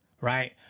Right